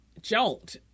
jolt